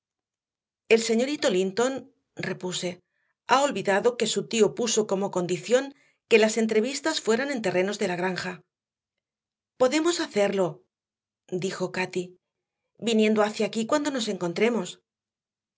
el señorito linton repuse ha olvidado que su tío puso como condición que las entrevistas fueran en terrenos de la granja podemos hacerlo dijo cati viniendo hacia aquí cuando nos encontremos